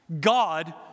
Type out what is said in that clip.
God